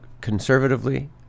conservatively